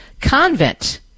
convent